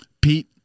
Pete